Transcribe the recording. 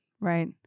Right